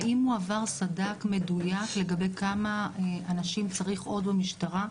השאלה היא האם הועבר סד"כ מדוייק לגבי כמה אנשים צריך עוד במשטרה?